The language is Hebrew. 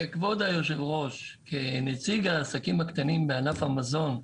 כבוד היושב-ראש, כנציג העסקים הקטנים בענף המזון,